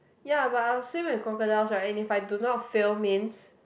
ya but I will swim with crocodiles right but i do not fail means